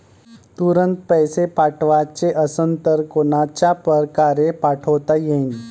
तुरंत पैसे पाठवाचे असन तर कोनच्या परकारे पाठोता येईन?